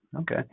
Okay